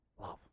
love